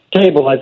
table